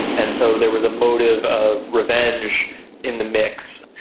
and so there was a motive of revenge in the mix.